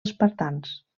espartans